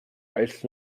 als